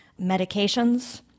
Medications